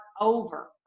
over